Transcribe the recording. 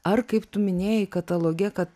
ar kaip tu minėjai kataloge kad